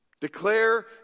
Declare